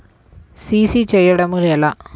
CC చేయడము ఎలా?